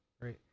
Great